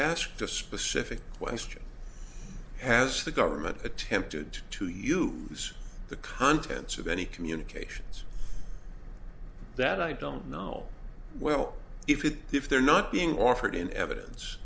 a specific question has the government attempted to use the contents of any communications that i don't know well if it if they're not being offered in evidence